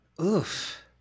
Oof